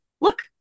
look